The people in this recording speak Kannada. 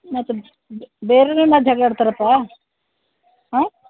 ಮತ್ತೆ ಬೇರೆನೆ ಮತ್ತೆ ಜಗಳ ಆಡ್ತರಪ್ಪಾ ಹಾಂ